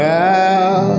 now